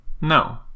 No